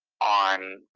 on